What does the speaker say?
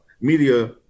media